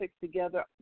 together